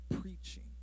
preaching